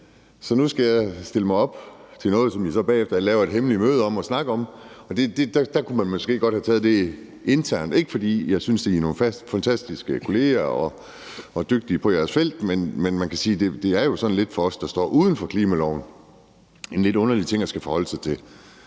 Så nu skal jeg stille mig op til noget, som I så bagefter laver et hemmeligt møde til at snakke om. Der kunne man måske godt have taget det internt. Det er ikke, fordi jeg ikke synes, at I er nogle fantastisk kolleger og dygtige på jeres felt, men det er jo sådan lidt for os, der står uden for klimaloven, en lidt underlig ting at skulle forholde sig til.